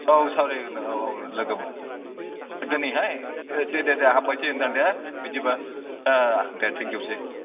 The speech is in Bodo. औ सावरायगोन औ औ लोगो मोन दिनैहाय दे दे दे हामबायसै नोंथां दे बिदिब्ला दे थेंक इउ सै